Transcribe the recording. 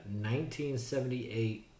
1978